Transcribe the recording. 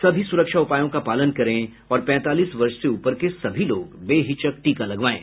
सभी सुरक्षा उपायों का पालन करें और पैंतालीस वर्ष से ऊपर के सभी लोग बेहिचक टीका लगवाएं